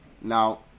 Now